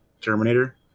Terminator